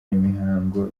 imihango